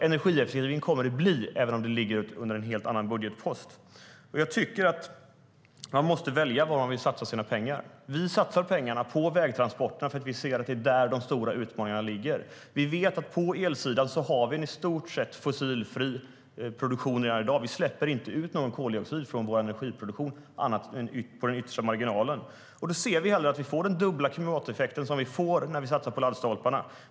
Energieffektivisering kommer det alltså att bli, även om det ligger under en helt annan budgetpost. Vi vet att på elsidan har vi en i stort sett fossilfri produktion redan i dag. Vi släpper inte ut någon koldioxid från vår energiproduktion annat än på den yttersta marginalen. Då ser vi inte heller den dubbla klimateffekt som vi får när vi satsar på laddstolparna.